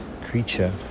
creature